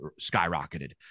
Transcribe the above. skyrocketed